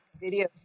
video